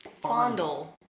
fondle